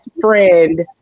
friend